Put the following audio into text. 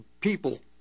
people